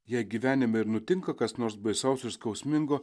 jei gyvenime ir nutinka kas nors baisaus skausmingo